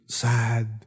sad